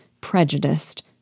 prejudiced